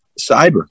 Cyber